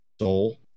soul